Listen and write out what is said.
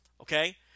okay